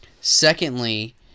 secondly